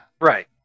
right